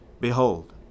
Behold